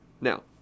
Now